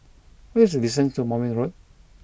what is the distance to Moulmein Road